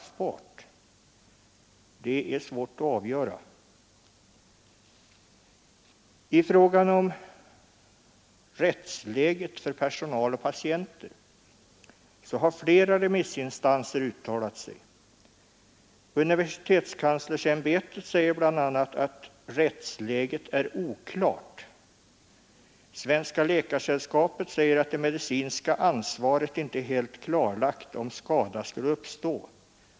Flera remissinstanser har uttalat sig i frågan om rättsläget för personal och patienter. Universitetskanslersämbetet säger bl.a. att rättsläget är oklart. Svenska läkaresällskapet säger att det medicinska ansvaret inte är helt klarlagt, om skada skulle uppstå.